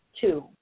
two